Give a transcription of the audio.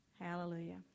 Hallelujah